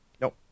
Nope